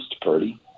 Purdy